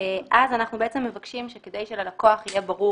אז אנחנו בעצם מבקשים שכדי שללקוח יהיה ברור,